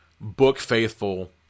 book-faithful